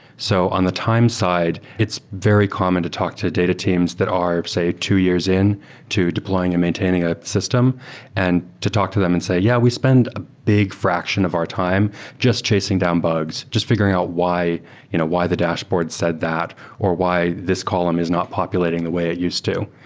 so on the times side, it's very common to talk to data teams that are, say, two years in to deploying and maintaining a system and to talk to them and say, yeah, we spend a big fraction of our time just chasing down bugs, just fi guring out why the dashboard said that or why this column is not populating the way it used to.